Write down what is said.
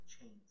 chains